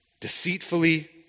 deceitfully